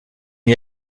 n’y